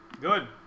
Good